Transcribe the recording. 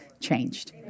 changed